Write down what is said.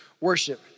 worship